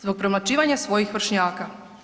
Zbog premlaćivanja svojih vršnjaka.